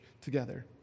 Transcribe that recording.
together